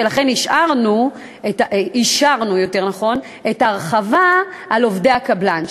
ולכן אישרנו את ההרחבה על עובדי הקבלן,